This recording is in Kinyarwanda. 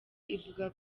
ivuga